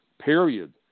Period